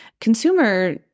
consumer